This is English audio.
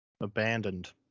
Abandoned